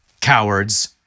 cowards